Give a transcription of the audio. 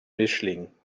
mischling